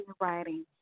writing